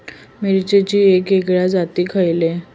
मिरचीचे वेगवेगळे जाती खयले?